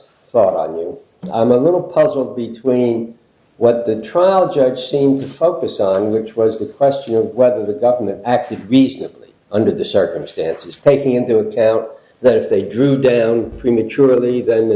sagal i'm a little puzzled between what the trial judge seemed focus on which was the question of whether the government acted reasonably under the circumstances taking into account that if they drew down prematurely then the